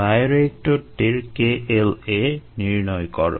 বায়োরিয়েক্টরটির kLa নির্ণয় করো